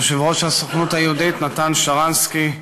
יושב-ראש הסוכנות היהודית נתן שרנסקי,